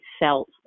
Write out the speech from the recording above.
felt